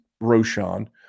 Roshan